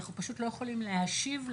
אנחנו פשוט לא יכולים להשיב להם.